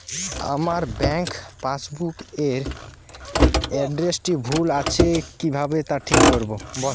আমার bank passbook এর এড্রেসটি ভুল আছে কিভাবে তা ঠিক করবো?